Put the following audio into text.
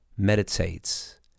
meditates